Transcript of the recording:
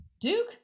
Duke